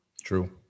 True